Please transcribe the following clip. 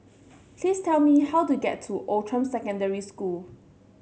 please tell me how to get to Outram Secondary School